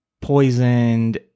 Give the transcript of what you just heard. poisoned